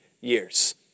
years